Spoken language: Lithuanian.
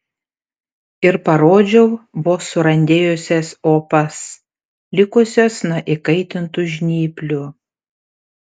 ir parodžiau vos surandėjusias opas likusias nuo įkaitintų žnyplių